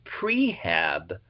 prehab